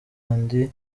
kandi